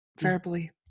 verbally